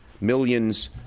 millions